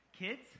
Kids